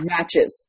Matches